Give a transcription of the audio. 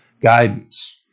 guidance